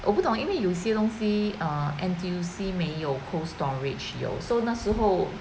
我不懂因为有些东西 err N_T_U_C 没有 Cold Storage 有 so 那时候